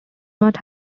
not